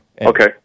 Okay